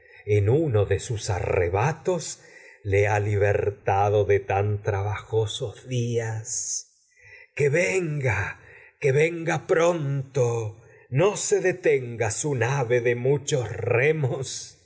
marte uno sus arrebatos que le ha libertado de'tan trabajosos dias su nave que venga venga pronto no se detenga de muchos remos